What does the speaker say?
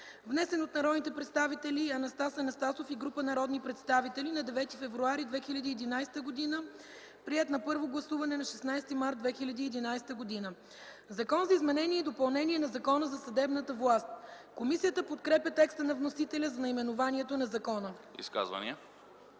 внесен от народните представители Анастас Анастасов и група народни представители на 9 февруари 2011 г., приет на първо гласуване на 16 март 2011 г. Закон за изменение на Закона за съдебната власт.” Комисията подкрепя текста на вносителя за наименованието на закона. ПРЕДСЕДАТЕЛ